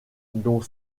dont